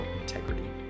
integrity